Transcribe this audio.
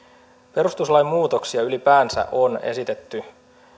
perustuslain muutoksia ylipäänsä on esitetty